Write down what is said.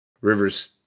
Rivers